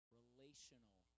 relational